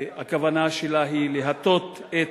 הכוונה שלה היא להטות את